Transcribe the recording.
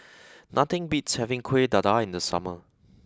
nothing beats having Kueh Dadar in the summer